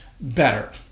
better